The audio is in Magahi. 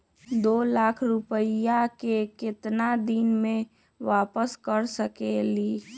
दो लाख रुपया के केतना दिन में वापस कर सकेली?